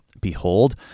behold